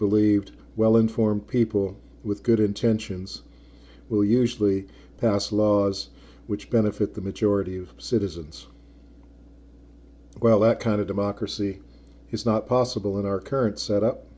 believed well informed people with good intentions will usually pass laws which benefit the majority of citizens well that kind of democracy is not possible in our current set up